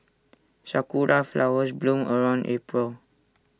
Sakura Flowers bloom around April